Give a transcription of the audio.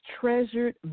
treasured